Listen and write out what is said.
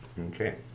Okay